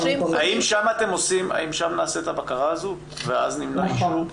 האם שם נעשית הבקרה הזאת ואז נמנע האישור?